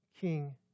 King